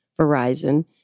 Verizon